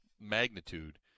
magnitude